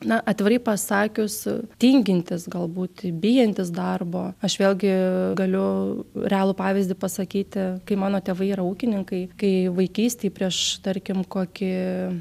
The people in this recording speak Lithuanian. na atvirai pasakius tingintys galbūt bijantys darbo aš vėlgi galiu realų pavyzdį pasakyti kai mano tėvai yra ūkininkai kai vaikystėj prieš tarkim kokį